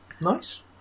Nice